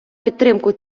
підтримку